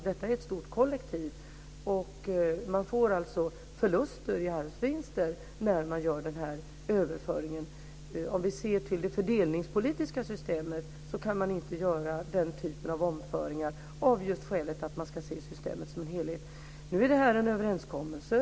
Det är ett stort kollektiv. Man får förluster i arvsvinster när denna överföring görs. Om vi ser till det fördelningspolitiska systemet kan den typen av överföringar inte göras av det skälet att man ska se på systemet som en helhet. Detta är en överenskommelse.